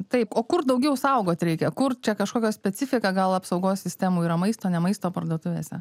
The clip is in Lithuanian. taip o kur daugiau saugot reikia kur čia kažkokia specifika gal apsaugos sistemų yra maisto ne maisto parduotuvėse